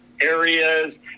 areas